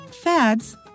fads